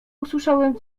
usłyszałem